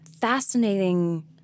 fascinating